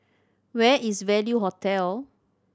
where is Value Hotel